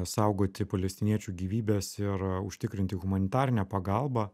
saugoti palestiniečių gyvybes ir užtikrinti humanitarinę pagalbą